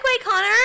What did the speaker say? Connor